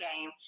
game